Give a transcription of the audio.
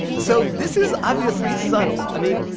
so this is obviously subtle. i mean,